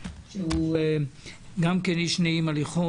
שהוא גם כן איש נעים הליכות.